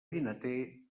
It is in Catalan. vinater